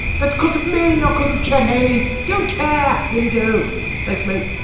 that's cause of me, not because of chet hayes. don't back willie down thanks, mate.